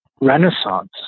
renaissance